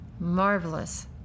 marvelous